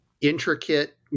intricate